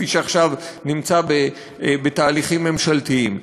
כפי שעכשיו נמצא בתהליכים ממשלתיים,